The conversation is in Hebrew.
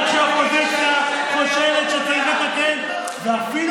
גם כשהאופוזיציה חושבת שצריך לתקן ואפילו